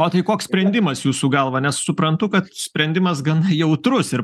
o tai koks sprendimas jūsų galva nes suprantu kad sprendimas gana jautrus ir